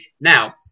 Now